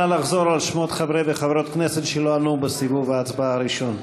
נא לחזור על שמות חברי וחברות הכנסת שלא ענו בסיבוב ההצבעה הראשון.